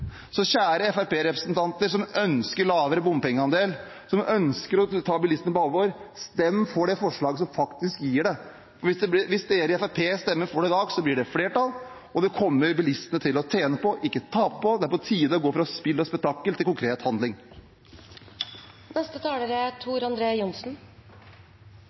Så kjære Fremskrittsparti-representanter, som ønsker lavere bompengeandel, som ønsker å ta bilistene på alvor: Stem for det forslaget som faktisk gir det. Hvis Fremskrittspartiet stemmer for det i dag, blir det flertall, og det kommer bilistene til å tjene på, ikke tape på. Det er på tide å gå fra spill og spetakkel til konkret handling. Det er